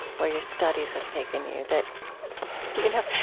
where your studies have taken you that you know,